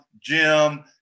Jim